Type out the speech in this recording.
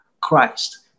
Christ